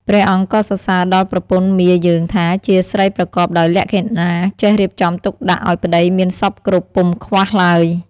ព្រះអង្គក៏សរសើរដល់ប្រពន្ធមាយើងថាជាស្រីប្រកបដោយលក្ខិណាចេះរៀបចំទុកដាក់ឱ្យប្តីមានសព្វគ្រប់ពុំខ្វះឡើយ។